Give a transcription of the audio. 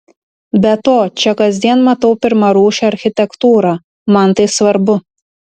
be to čia kasdien matau pirmarūšę architektūrą man tai svarbu